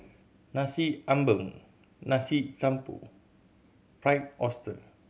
Nasi Ambeng Nasi Campur Fried Oyster